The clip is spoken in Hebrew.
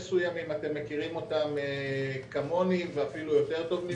אתם מכירים את זה כמוני ואפילו יותר טוב ממני.